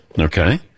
Okay